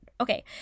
Okay